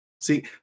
See